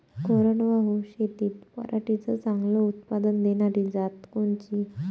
कोरडवाहू शेतीत पराटीचं चांगलं उत्पादन देनारी जात कोनची?